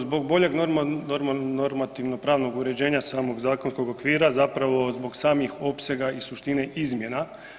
Zbog boljeg normativnog pravnog uređenja samog zakonskog okvira, zapravo zbog samih opsega i suštine izmjena.